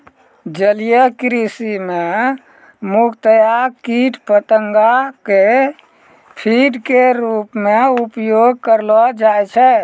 जलीय कृषि मॅ मुख्यतया कीट पतंगा कॅ फीड के रूप मॅ उपयोग करलो जाय छै